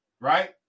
right